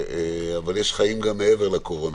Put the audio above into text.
אבל יש חיים גם מעבר לקורונה,